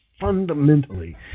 fundamentally